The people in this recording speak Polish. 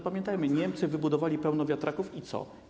Pamiętajmy, Niemcy wybudowali pełno wiatraków i co?